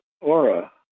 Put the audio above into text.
aura